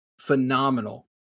phenomenal